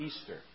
Easter